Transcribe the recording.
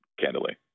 candidly